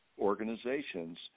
organizations